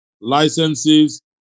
licenses